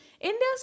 India's